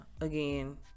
again